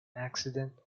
accident